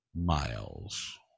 miles